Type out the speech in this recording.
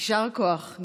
יישר כוח.